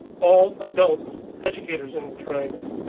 all adults educators in the triangle.